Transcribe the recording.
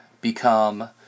become